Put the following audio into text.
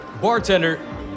bartender